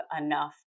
enough